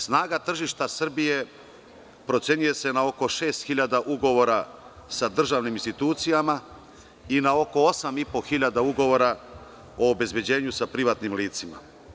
Snaga tržišta Srbije procenjuje se na oko 6.000 ugovora sa državnim institucijama i na oko 8.500 ugovora o obezbeđenju sa privatnim licima.